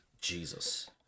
Jesus